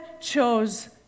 chose